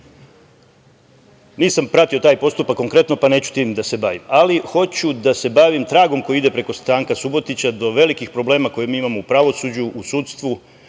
pratio taj postupak konkretno, pa neću time da se bavim, ali hoću da se bavim tragom koji ide preko Stanka Subotića do velikih problema koje mi imamo u pravosuđu, u sudstvu,